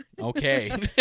Okay